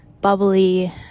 bubbly